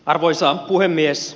arvoisa puhemies